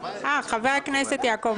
ח"כ יעקב